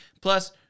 plus